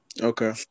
Okay